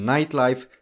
Nightlife